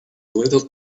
little